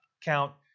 count